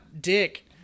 dick